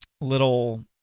little